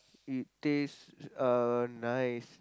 it taste uh nice